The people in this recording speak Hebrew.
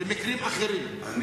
במקרים אחרים,